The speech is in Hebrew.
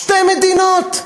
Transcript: שתי מדינות.